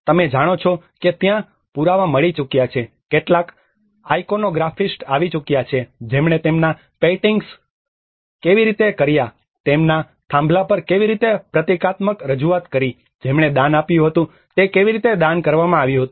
તમે જાણો છો કે ત્યાં પુરાવા મળી ચૂક્યા છે કેટલાક આઇકોનોગ્રાફિસ્ટ આવી ચૂક્યા છે જેમણે તેમના પેઇન્ટિંગ્સ કેવી રીતે કર્યાં તેમના થાંભલા પર કેવી રીતે પ્રતીકાત્મક રજૂઆત કરી જેમણે દાન આપ્યું હતું તે કેવી રીતે દાન કરવામાં આવ્યું હતું